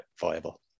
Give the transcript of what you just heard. viable